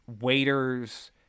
waiters